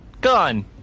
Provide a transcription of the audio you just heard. Gone